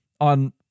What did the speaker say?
on –